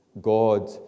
God